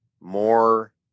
more